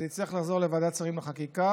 זה יצטרך לחזור לוועדת השרים לחקיקה,